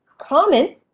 Common